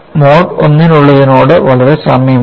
mode I നുള്ളതിനോട് വളരെ സാമ്യമുണ്ട്